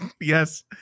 yes